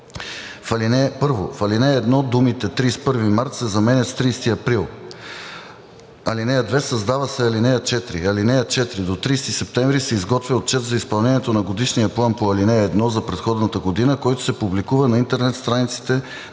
В ал. 1 думите „31 март“ се заменят с „30 април“. 2. Създава се ал. 4: „(4) До 30 септември се изготвя отчет за изпълнението на годишния план по ал. 1 за предходната година, който се публикува на интернет страниците на